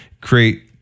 create